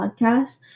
podcast